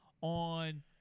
on